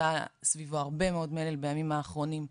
שהיה סביבו הרבה מאוד מלל בימים האחרונים,